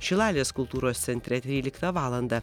šilalės kultūros centre dvyliktą valandą